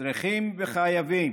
צריכים וחייבים